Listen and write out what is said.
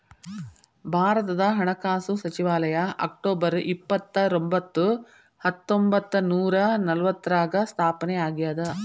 ಭಾರತದ ಹಣಕಾಸು ಸಚಿವಾಲಯ ಅಕ್ಟೊಬರ್ ಇಪ್ಪತ್ತರೊಂಬತ್ತು ಹತ್ತೊಂಬತ್ತ ನೂರ ನಲವತ್ತಾರ್ರಾಗ ಸ್ಥಾಪನೆ ಆಗ್ಯಾದ